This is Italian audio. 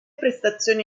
prestazioni